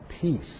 peace